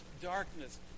darkness